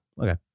Okay